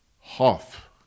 half